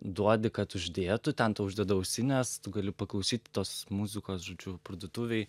duodi kad uždėtų ten tau uždeda ausines tu gali paklausyt tos muzikos žodžiu parduotuvėj